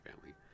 Family